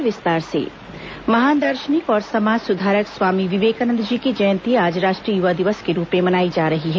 विवेकानंद जयंती महान दार्शनिक और समाज सुधारक स्वामी विवेकानंद जी की जयंती आज राष्ट्रीय युवा दिवस के रूप में मनाई जा रही है